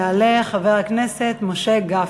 יעלה חבר הכנסת משה גפני.